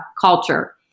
culture